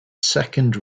second